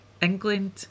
England